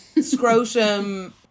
scrotum